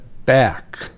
back